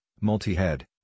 multi-head